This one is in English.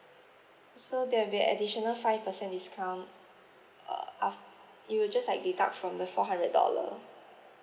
so there will be additional five percent discount uh af~ it will just like deduct from the four hundred dollar